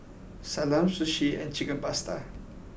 Salami Sushi and Chicken Pasta